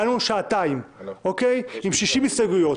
דנו שעתיים עם 60 הסתייגויות.